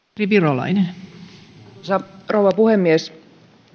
arvoisa rouva puhemies